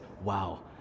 wow